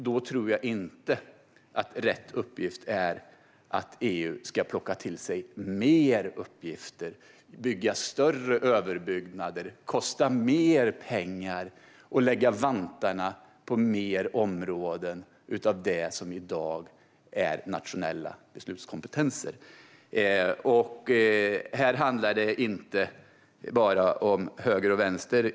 Då tror jag inte att det rätta är att EU ska plocka till sig fler uppgifter, bygga större överbyggnader, kosta mer pengar och lägga vantarna på fler områden av det som i dag är nationella beslutskompetenser. Här handlar det inte bara om höger och vänster.